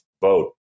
vote